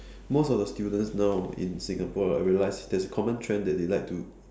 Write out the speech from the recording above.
most of the students now in Singapore I realize there's a common trend that they like to